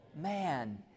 man